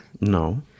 No